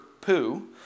poo